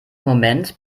moment